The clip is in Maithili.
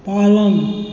पालन